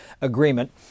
agreement